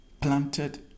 planted